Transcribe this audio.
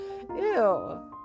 Ew